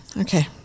okay